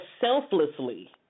selflessly